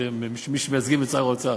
אתם מי שמייצגים את שר האוצר.